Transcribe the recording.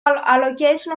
allocation